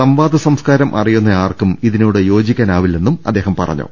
സംവാദ സംസ്കാരം അറി യുന്ന ആർക്കും ഇതിനോട് യോജിക്കാനാവില്ലെന്നും അദ്ദേഹം പറഞ്ഞു